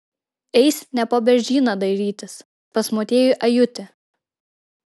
eis ne po beržyną dairytis pas motiejų ajutį